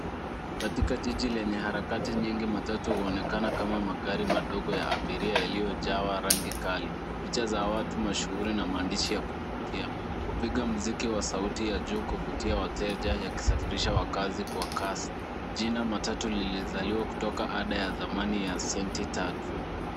Katika jiji lenye harakati nyingi, matatu huonekana kama magari madogo ya abiria yaliyojawa rangi kali, picha za watu mashuhuri na maandishi ya kuvutia. Hupiga mziki wa sauti ya juu kuvutia wateja yakisafirisha wakaazi kwa kasi. Jina matatu lilizaliwa kutoka ada ya zamani ya senti tatu.